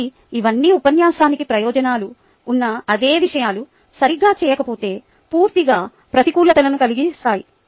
కాబట్టి ఇవన్నీ ఉపన్యాసానికి ప్రయోజనాలు ఉన్న అదే విషయాలు సరిగ్గా చేయకపోతే పూర్తిగా ప్రతికూలతలను కలిగిస్తాయి